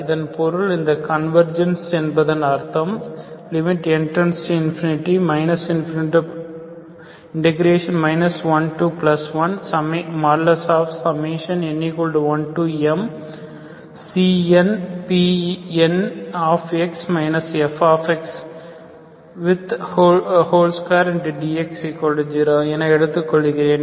அதன் பொருள் இந்த கன்வர்ஜென்ஸ் என்பதன்அர்த்தம் m→∞ 11n1mCnPnx fx2dx0 என எடுத்துக் கொள்கிறேன்